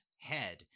head